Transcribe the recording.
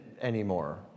anymore